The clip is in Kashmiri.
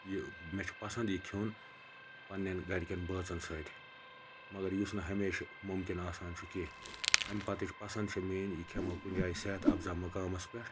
یہِ مےٚ چھُ پَسَنٛد یہِ کھیٚون پَنہٕ نیٚن گَرِکیٚن بٲژَن سۭتۍ مَگَر یُس نہٕ ہَمیشہِ مُمکِن آسان چھُ کیٚنٛہہ امہِ پَتٕچ پَسَنٛد چھِ میٛٲنٛۍ یہِ کھیٚمہٕ ہوو کُنہِ جایہِ صحت اَفزا مُقامَس پیٚٹھ